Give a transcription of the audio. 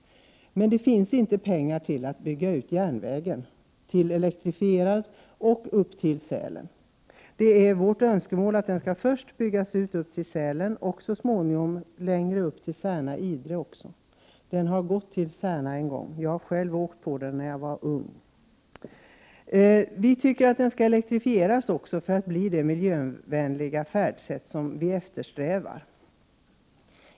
Det finns inte pengar till att bygga ut järnvägen, få den elektrifierad, upp till Sälen. Det är vårt önskemål att man först skall bygga ut järnvägen upp till Sälen och så småningom ända upp till Särna och Idre. Den har gått ända upp till Särna en gång — jag har själv åkt på den när jag var ung. Vi tycker också att banan skall elektrifieras för att bli det miljövänliga färdsätt som vi eftersträvar.